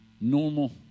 normal